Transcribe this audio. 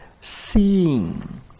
seeing